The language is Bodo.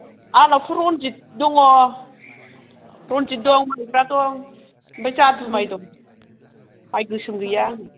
आंनाथ' रन्जित दङ रन्जित दं माइब्रा दं आमफ्राय जादु माइ दं माइ गोसोम गैया